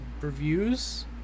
reviews